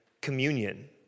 communion